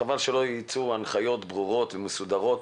חבל שלא יצאו הנחיות ברורות ומסודרות.